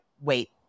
wait